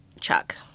Chuck